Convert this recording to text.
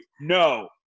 no